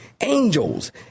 angels